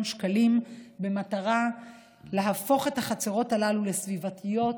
שקלים במטרה להפוך את החצרות הללו לסביבתיות,